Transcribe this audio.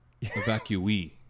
Evacuee